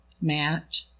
Matt